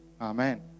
Amen